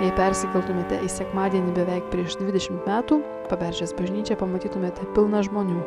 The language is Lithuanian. jei persikeltumėte į sekmadienį beveik prieš dvidešimt metų paberžės bažnyčią pamatytumėte pilną žmonių